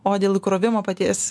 o dėl įkrovimo paties